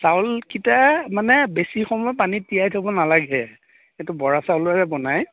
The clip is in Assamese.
চাউলকিটা মানে বেছি সময় পানীত তিয়াই থ'ব নালাগে এইটো বৰা চাউলৰহে বনায়